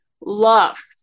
love